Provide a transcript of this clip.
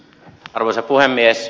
arvoisa puhemies